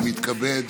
אני מתכבד,